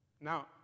Now